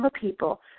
people